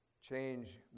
Change